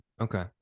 okay